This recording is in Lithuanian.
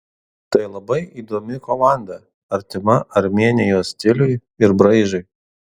tai labai įdomi komanda artima armėnijos stiliui ir braižui